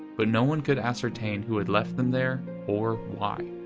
but no one could ascertain who had left them there, or why.